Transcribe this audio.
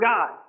God